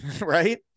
Right